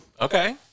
Okay